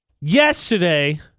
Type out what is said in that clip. Yesterday